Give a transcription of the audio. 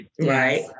Right